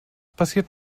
passiert